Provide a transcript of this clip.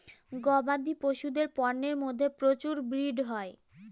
গবাদি পশুদের পন্যের মধ্যে প্রচুর ব্রিড হয়